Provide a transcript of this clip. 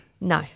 No